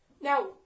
Now